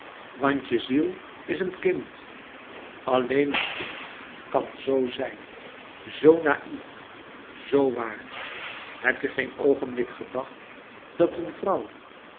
je ziel is een kind alleen een kind kan z zijn zoo naïf zoo waar heb je geen oogenblik gedacht dat een vrouw